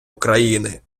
україни